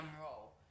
role